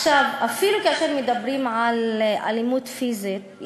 אפילו כאשר מדברים על אלימות פיזית,